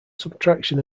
subtraction